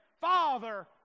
Father